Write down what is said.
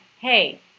hey